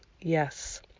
yes